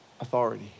authority